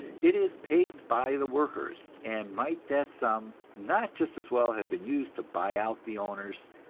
it is paid by the workers and might that sum not just as well have been used to buy out the owners?